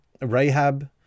Rahab